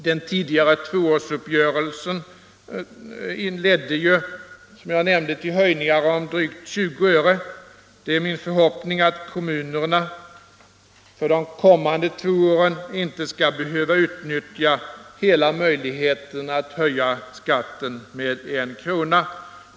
Den tidigare tvåårsuppgörelsen ledde ju, som jag nämnde, till höjningar om drygt 20 öre. Det är min förhoppning att kommunerna för de kommande två åren inte skall behöva utnyttja hela möjligheten att höja skatten med 1 kr.